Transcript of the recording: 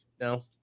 No